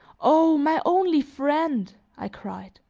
o my only friend! i cried.